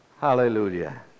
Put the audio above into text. Hallelujah